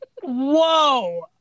whoa